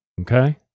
Okay